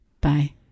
Bye